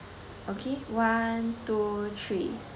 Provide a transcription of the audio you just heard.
okay one two three